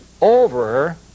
over